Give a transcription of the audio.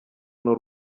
n’u